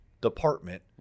department